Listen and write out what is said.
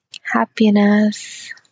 happiness